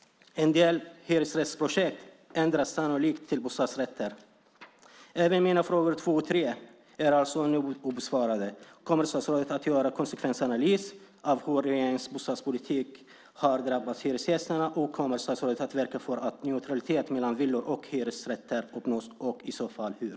En del hyresrättsprojekt ändras sannolikt till bostadsrätter. Även mina frågor två och tre är ännu obesvarade. Kommer statsrådet att göra en konsekvensanalys av hur regeringens bostadspolitik har drabbat hyresgästerna? Kommer statsrådet att verka för att neutralitet mellan villor och hyresrätter uppnås och i så fall hur?